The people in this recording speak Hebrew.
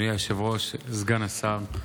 אדוני היושב-ראש, סגן השר,